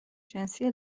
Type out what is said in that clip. جنسی